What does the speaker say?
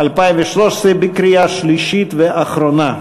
התשע"ג 2013, בקריאה שלישית ואחרונה.